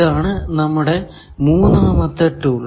ഇതാണ് നമ്മുടെ മൂന്നാമത്തെ ടൂൾ